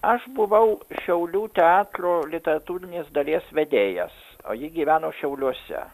aš buvau šiaulių teatro literatūrinės dalies vedėjas o ji gyveno šiauliuose